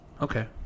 Okay